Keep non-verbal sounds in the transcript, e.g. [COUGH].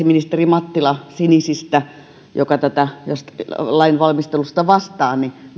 [UNINTELLIGIBLE] ministeri mattila joka tämän lain valmistelusta